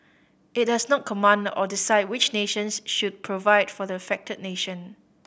it does not command or decide which nations should provide for the affected nation